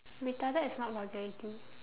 retarded is not vulgarity